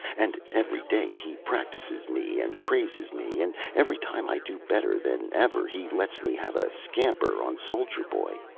and every day he practises me and praises me, and every time i do better than ever he lets me have a scamper on soldier boy,